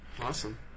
Awesome